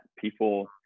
people